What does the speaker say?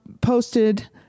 posted